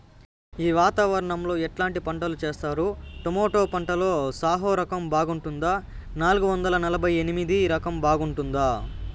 ఈ వాతావరణం లో ఎట్లాంటి పంటలు చేస్తారు? టొమాటో పంటలో సాహో రకం బాగుంటుందా నాలుగు వందల నలభై ఎనిమిది రకం బాగుంటుందా?